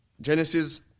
Genesis